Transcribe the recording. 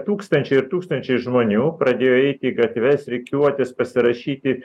tūkstančių ir tūkstančiai žmonių pradėjo eiti į gatves rikiuotis pasirašyti